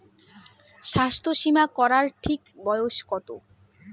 স্বাস্থ্য বীমা করার সঠিক বয়স কত?